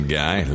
guy